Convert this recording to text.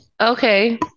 Okay